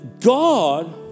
God